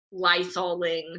lysoling